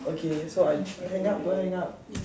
okay so I hang up do I hang up